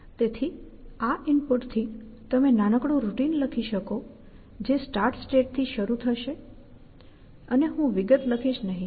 તેથી આ ઇનપુટ થી તમે નાનકડું રૂટિન લખી શકો જે સ્ટાર્ટ સ્ટેટ થી શરૂ થશે અને હું વિગત લખીશ નહીં